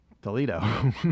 Toledo